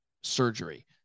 surgery